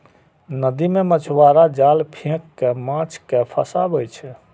नदी मे मछुआरा जाल फेंक कें माछ कें फंसाबै छै